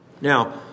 Now